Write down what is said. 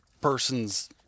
person's